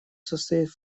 состоит